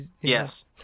Yes